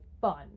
fun